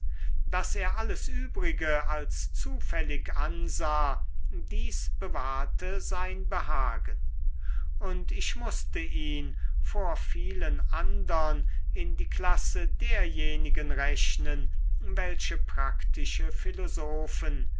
daß er alles übrige als zufällig ansah dies bewahrte sein behagen und ich mußte ihn vor vielen andern in die klasse derjenigen rechnen welche praktische philosophen